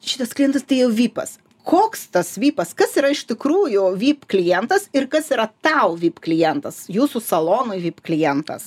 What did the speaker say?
šitas klientas tai jau vipas koks tas vipas kas yra iš tikrųjų vip klientas ir kas yra tau vip klientas jūsų salonui vip klientas